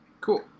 Cool